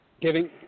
giving